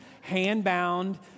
hand-bound